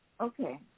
Okay